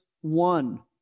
one